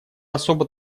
особо